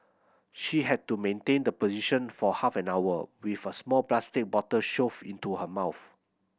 she had to maintain the position for half an hour with a small plastic bottle shoved into her mouth